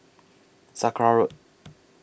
Sakra Road